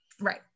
Right